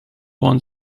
one